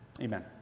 Amen